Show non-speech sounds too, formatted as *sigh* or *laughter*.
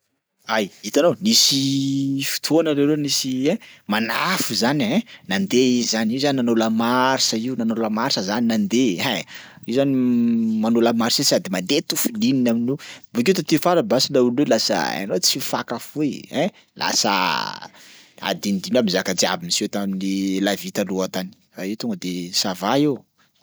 Ay, hitanao nisy fotoana leroa nisy ein manafo zany ein nandeha izy zany, io zany nanao la marche io nanao la marche zany nandeha, hein! io zany *hesitation* manao la marche io sady mandeha to feeling amin'io bakeo taty afara basy laolo io lasa hainao tsy mifankafohy ein lasa adinodino aby zaka jiaby niseho tamin'ny la vie taloha tany, fa io tonga de ça va io.